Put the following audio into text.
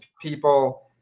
people